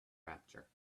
rapture